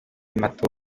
mato